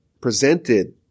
presented